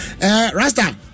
Rasta